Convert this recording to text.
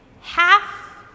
half